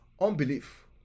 unbelief